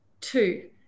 two